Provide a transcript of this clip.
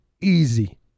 easy